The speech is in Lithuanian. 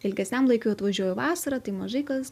ilgesniam laikui atvažiuoju vasarą tai mažai kas